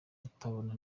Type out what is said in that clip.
atarabona